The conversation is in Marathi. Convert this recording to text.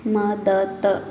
मदत